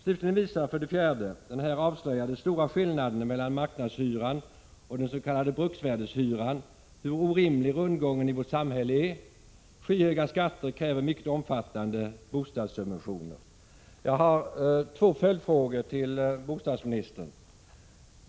För det fjärde slutligen visar den här avslöjade stora skillnaden mellan marknadshyran och den s.k. bruksvärdeshyran hur orimlig rundgången i vårt samhälle är. Skyhöga skatter kräver mycket omfattande bostadssubventioner. Jag har två följdfrågor till bostadsminister Hans Gustafsson: 1.